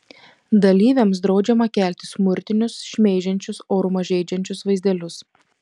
dalyviams draudžiama kelti smurtinius šmeižiančius orumą žeidžiančius vaizdelius